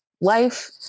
life